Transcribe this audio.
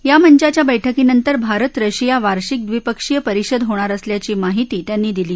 या मंचाच्या वैठकीनंतर भारत रशिया वार्षिक ड्रीपक्षीय परिषद होणार असल्याची माहिती त्यांनी दिली